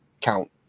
count